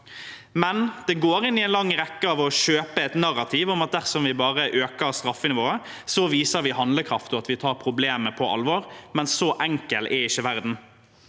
men det går inn i en lang rekke av å kjøpe et narrativ om at dersom vi bare øker straffenivået, viser vi handlekraft og at vi tar problemet på alvor. Så enkel er ikke verden.